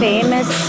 Famous